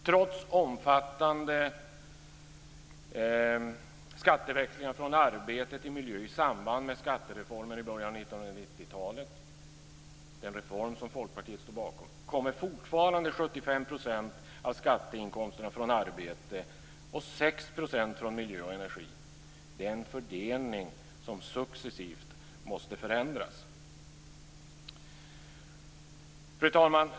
Trots omfattande skatteväxlingar från arbete till miljö i samband med skattereformen i början av 1990-talet, en reform som Folkpartiet stod bakom, kommer fortfarande 75 % av skatteinkomsterna från arbete och 6 % från miljö och energi. Det är en fördelning som successivt måste förändras. Fru talman!